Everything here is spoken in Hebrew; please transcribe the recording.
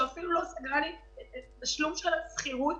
שאפילו לא סגרה לי את התשלום של השכירות,